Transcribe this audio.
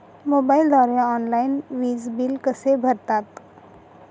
मोबाईलद्वारे ऑनलाईन वीज बिल कसे भरतात?